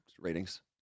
ratings